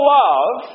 love